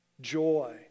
joy